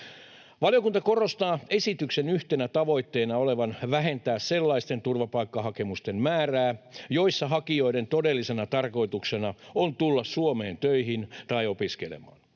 Valiokunta korostaa esityksen yhtenä tavoitteena olevan vähentää sellaisten turvapaikkahakemusten määrää, joissa hakijoiden todellisena tarkoituksena on tulla Suomeen töihin tai opiskelemaan.